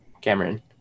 Cameron